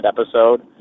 episode